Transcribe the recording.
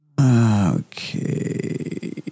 okay